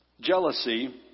Jealousy